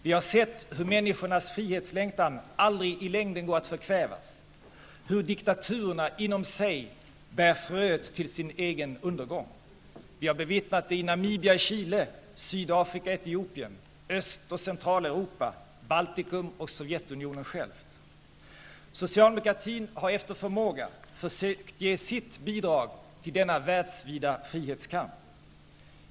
Vi har sett hur människornas frihetslängtan aldrig i längden går att förkväva, hur diktaturerna inom sig bär fröet till sin egen undergång. Vi har bevittnat detta i Namibia och Chile, Sydafrika och Etiopien, Öst och Centraleuropa, Baltikum och Sovjetunionen självt. Socialdemokratin har efter förmåga försökt ge sitt bidrag till denna världsvida frihetskamp.